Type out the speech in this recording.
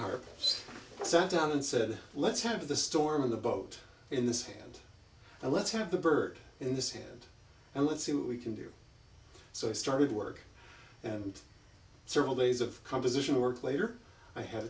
heart sat down and said let's have the storm of the boat in this hand and let's have the bird in this hand and let's see what we can do so i started work and several days of composition work later i had